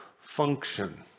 function